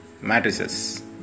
matrices